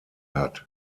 hat